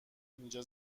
اینجا